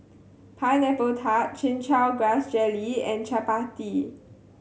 Pineapple Tart Chin Chow Grass Jelly and Chappati